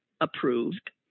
approved